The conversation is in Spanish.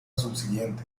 subsiguiente